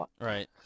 Right